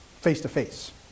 face-to-face